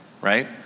right